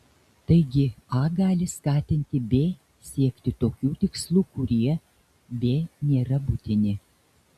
taigi a gali skatinti b siekti tokių tikslų kurie b nėra būtini